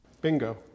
Bingo